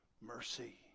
Mercy